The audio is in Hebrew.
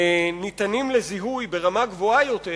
ניתנים לזיהוי ברמה גבוהה יותר,